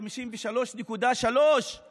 53.3%